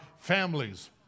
families